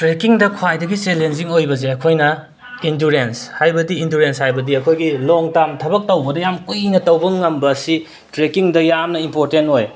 ꯇ꯭ꯔꯦꯛꯀꯤꯡꯗ ꯈ꯭ꯋꯥꯏꯗꯒꯤ ꯆꯦꯂꯦꯟꯖꯤꯡ ꯑꯣꯏꯕꯁꯤ ꯑꯩꯈꯣꯏꯅ ꯏꯟꯗꯨꯔꯦꯟꯁ ꯍꯥꯏꯕꯗꯤ ꯏꯟꯗꯨꯔꯦꯟꯁ ꯍꯥꯏꯕꯗꯤ ꯑꯩꯈꯣꯏꯒꯤ ꯂꯣꯡ ꯇꯥꯝ ꯊꯕꯛ ꯇꯧꯕꯗ ꯌꯥꯝ ꯀꯨꯏꯅ ꯇꯧꯕ ꯉꯝꯕ ꯑꯁꯤ ꯇ꯭ꯔꯦꯛꯀꯤꯡꯗ ꯌꯥꯝꯅ ꯏꯝꯄꯣꯔꯇꯦꯟ ꯑꯣꯏ